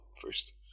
first